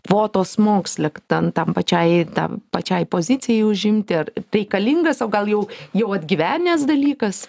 kvotos moksle ten tam pačiai tam pačiai pozicijai užimti ar reikalingas o gal jau jau atgyvenęs dalykas